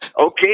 Okay